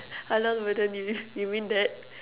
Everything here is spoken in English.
halal burden you mean you mean that